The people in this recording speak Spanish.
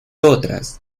otras